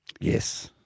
Yes